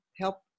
help